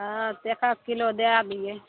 हँ तऽ एकक किलो दै दियै